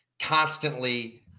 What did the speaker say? constantly